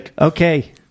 Okay